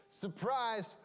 surprise